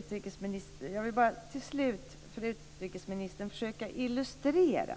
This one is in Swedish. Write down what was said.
Fru talman och utrikesministern! Jag vill slutligen försöka illustrera